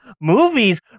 movies